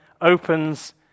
opens